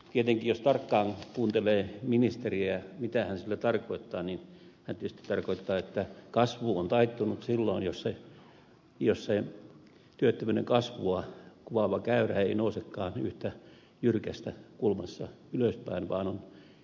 tietenkin jos tarkkaan kuuntelee ministeriä mitä hän sillä tarkoittaa niin hän tietysti tarkoittaa että kasvu on taittunut silloin jos se työttömyyden kasvua kuvaava käyrä ei nousekaan yhtä jyrkässä kulmassa ylöspäin vaan on hieman taittunut